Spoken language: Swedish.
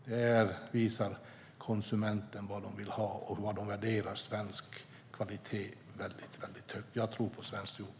Där visar konsumenterna vad de vill ha och att de värderar svensk kvalitet väldigt högt. Jag tror på svenskt jordbruk.